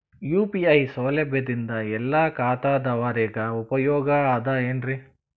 UPI ಸೌಲಭ್ಯದಿಂದ ಎಲ್ಲಾ ಖಾತಾದಾವರಿಗ ಉಪಯೋಗ ಅದ ಏನ್ರಿ?